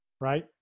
right